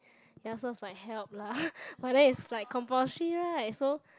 ya it's like help lah but then it's like compulsory right so